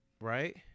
Right